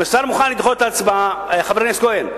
אם השר מוכן לדחות את ההצבעה, חבר הכנסת כהן,